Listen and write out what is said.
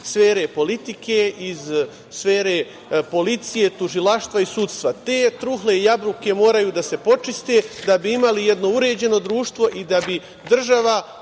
iz sfere politike, iz sfere policije, tužilaštva i sudstva. Te trule jabuke moraju da se počiste da bi imali jedno uređeno društvo i da bi država